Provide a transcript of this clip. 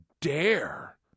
dare